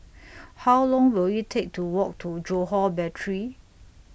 How Long Will IT Take to Walk to Johore Battery